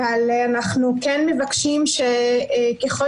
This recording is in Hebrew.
אבל אנחנו מבקשים שככל